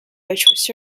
which